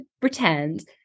pretend